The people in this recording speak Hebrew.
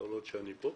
כל עוד שאני פה,